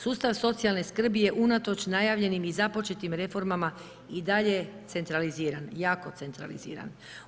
Sustav socijalne skrbi je unatoč najavljenim i započetim reformama i dalje centraliziran, jako centraliziran.